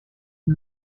and